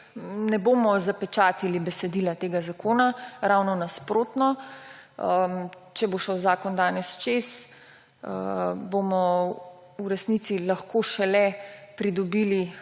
ne bomo zapečatili besedila tega zakona. Ravno nasprotno. Če bo šel zakon danes čez, bomo v resnici lahko šele pridobili